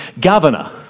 Governor